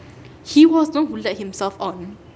he was the one who led himself on